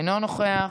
אינו נוכח,